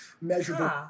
measurable